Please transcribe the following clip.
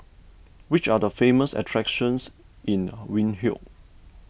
which are the famous attractions in Windhoek